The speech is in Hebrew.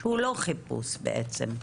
שהוא לא חיפוש בעצם,